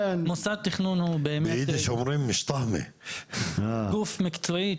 מוסד התכנון הוא באמת גוף מקצועי,